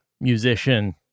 musician